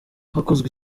hakozwe